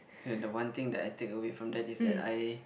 and the one thing that I take away from that is that I